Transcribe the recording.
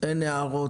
אין הערות.